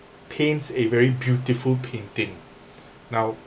paints a very beautiful painting now